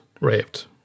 raped